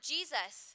Jesus